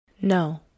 No